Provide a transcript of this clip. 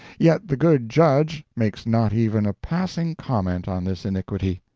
yet the good judge makes not even a passing comment on this iniquity.